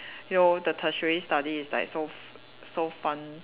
you know the tertiary study is like so f~ so fun